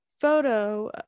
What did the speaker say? photo